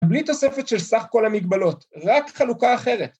‫בלי תוספת של סך כל המגבלות, ‫רק חלוקה אחרת.